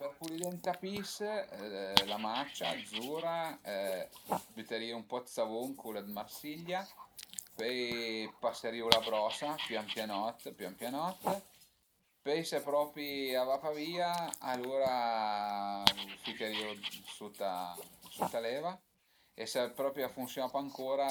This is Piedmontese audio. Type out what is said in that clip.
Për pulidé ën tapis, la macia zura, büterìu ën po dë savun cul dë Marsiglia, pöi paserìu la brosa pian pianot, pian pianot, pöi se propi a va pa via alura lu ficherìu sut a l'eva e se propi a funsiun-a pa ancura